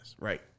right